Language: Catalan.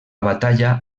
batalla